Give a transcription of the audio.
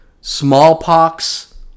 smallpox